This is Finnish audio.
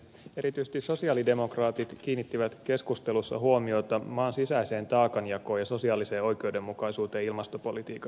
erityisesti sosialidemokraatit kiinnittivät keskustelussa huomiota maan sisäiseen taakanjakoon ja sosiaaliseen oikeudenmukaisuuteen ilmastopolitiikassa